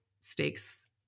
stakes